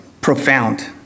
profound